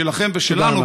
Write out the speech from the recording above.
שלכם ושלנו,